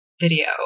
video